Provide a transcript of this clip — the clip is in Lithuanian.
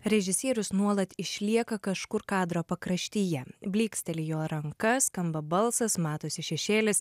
režisierius nuolat išlieka kažkur kadro pakraštyje blyksteli jo ranka skamba balsas matosi šešėlis